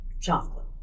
chocolate